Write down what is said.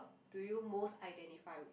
do you most identify with